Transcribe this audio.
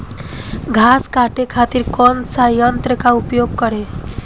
घास काटे खातिर कौन सा यंत्र का उपयोग करें?